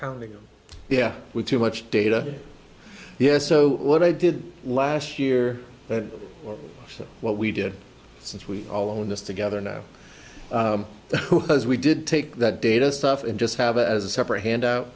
pounding yeah with too much data yes so what i did last year or so what we did since we all own this together now as we did take that data stuff and just have it as a separate handout